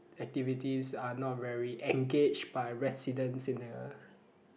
activities are not very engaged by residents in the